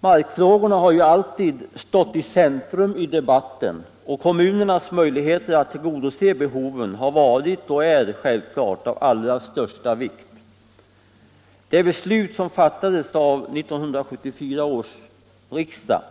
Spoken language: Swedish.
Markfrågorna har ju alltid stått i debattens centrum, och kommunernas möjligheter att tillgodose behoven har varit och är självklart av allra största vikt. Det beslut som fattades av 1974 års riksdag